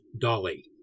Dolly